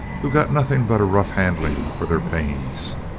who got nothing but a rough handling for their pains.